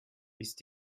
ist